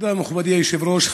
תודה, מכובדי היושב-ראש.